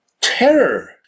terror